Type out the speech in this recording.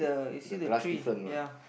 the grass different what